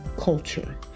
culture